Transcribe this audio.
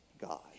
God